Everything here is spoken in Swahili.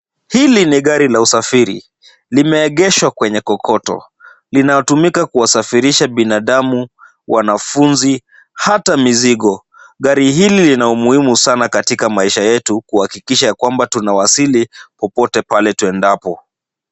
Hili ni gari la usafiri. Limeegeshwa kwenye kokoto. Linatumika kuwaafirisha binadamu, wanafunzi hata mizigo. Gari hili lina umuhimu sana katika maisha yetu, kuhakikisha kwamba tunawasili popote pale tuendapo.